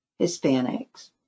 Hispanics